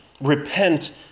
repent